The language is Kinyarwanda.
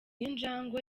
injangwe